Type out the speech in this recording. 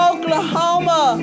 Oklahoma